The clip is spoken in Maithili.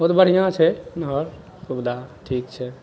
बहुत बढ़िआँ छै नहर सुविधा ठीक छै